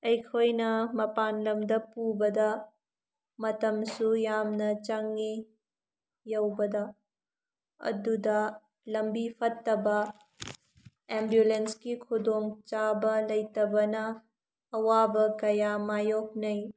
ꯑꯩꯈꯣꯏꯅ ꯃꯄꯥꯜ ꯂꯝꯗ ꯄꯨꯕꯗ ꯃꯇꯝꯁꯨ ꯌꯥꯝꯅ ꯆꯪꯉꯤ ꯌꯧꯕꯗ ꯑꯗꯨꯗ ꯂꯝꯕꯤ ꯐꯠꯇꯕ ꯑꯦꯝꯕꯨꯂꯦꯟꯁꯀꯤ ꯈꯨꯗꯣꯡ ꯆꯥꯕ ꯂꯩꯇꯕꯅ ꯑꯋꯥꯕ ꯀꯌꯥ ꯃꯥꯏꯌꯣꯛꯅꯩ